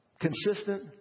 consistent